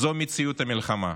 זו מציאות המלחמה.